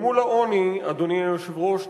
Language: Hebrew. אדוני היושב-ראש,